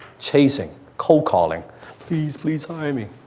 chasing, cold-calling please, please, hire me.